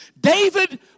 David